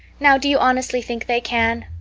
now, do you honestly think they can?